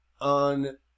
on